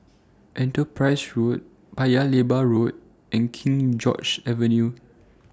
Enterprise Road Paya Lebar Road and King George's Avenue